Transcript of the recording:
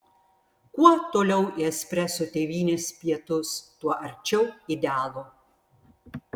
kuo toliau į espreso tėvynės pietus tuo arčiau idealo